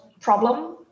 problem